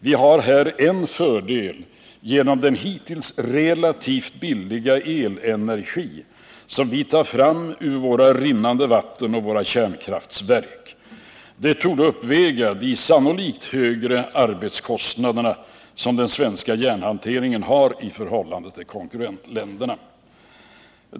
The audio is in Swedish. Vi har här en fördel genom den hittills relativt billiga elenergi som vi tar fram ur våra rinnande vatten och våra kärnkraftverk. Det torde uppväga de sannolikt högre arbetskostnader som den svenska järnhanteringen har i förhållande till konkurrentländerna.